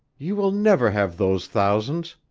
you will never have those thousands!